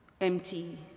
empty